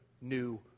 new